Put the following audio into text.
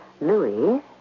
Louis